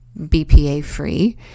BPA-free